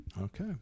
okay